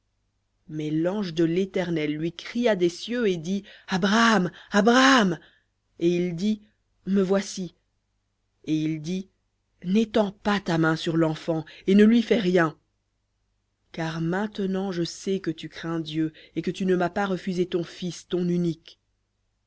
mais l'ange de l'éternel lui cria des cieux et dit abraham abraham et il dit me voici et il dit n'étends pas ta main sur l'enfant et ne lui fais rien car maintenant je sais que tu crains dieu et que tu ne m'as pas refusé ton fils ton unique